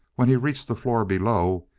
when he reached the floor below,